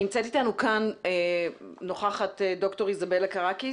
נמצאת אתנו כאן נוכחת דוקטור איזבלה קרקיס,